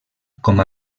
com